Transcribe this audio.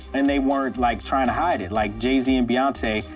and they weren't, like, trying to hide it. like, jay-z and beyonce,